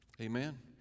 Amen